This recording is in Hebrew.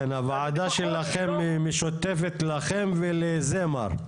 כן, הוועדה שלכם היא משותפת לכם ולזמר.